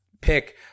pick